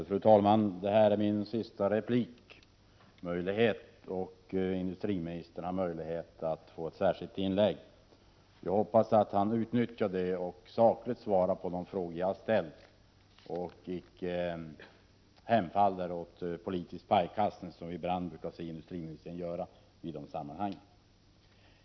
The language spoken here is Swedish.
Fru talman! Detta är min sista möjlighet till replik. Industriministern kan få ordet för ett särskilt inlägg. Jag hoppas att han utnyttjar det till att sakligt svara på de frågor jag har ställt och att han inte hemfaller åt politisk pajkastning, som industriministern ibland brukar göra i sådana här sammanhang.